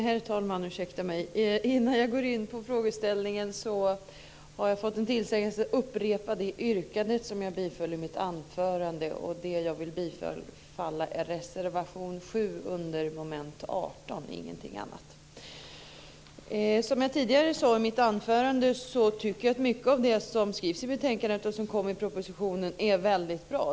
Herr talman! Innan jag går in på frågan har jag fått en tillsägelse att upprepa mitt yrkande i mitt anförande, och det jag vill yrka bifall till är reservation 7 Som jag tidigare sade i mitt anförande tycker jag att mycket av det som skrivs i betänkandet och som kom i propositionen är väldigt bra.